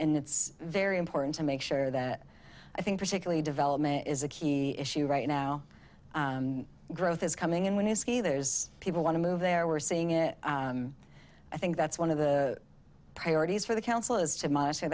and it's very important to make sure that i think particularly development is a key issue right now growth is coming and when you see there's people want to move there we're seeing it i think that's one of the priorities for the council is to monitor